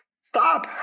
Stop